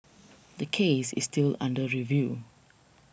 the case is still under review